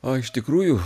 o iš tikrųjų